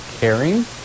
caring